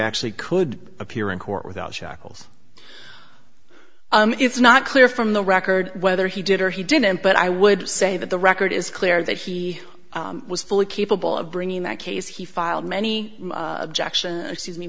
actually could appear in court without shackles and it's not clear from the record whether he did or he didn't but i would say that the record is clear that he was fully capable of bringing that case he filed many objection